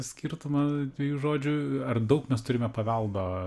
skirtumą dviejų žodžiu ar daug nes turime paveldo